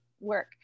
work